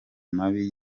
mabi